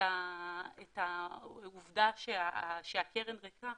העובדה שהקרן ריקה